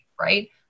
right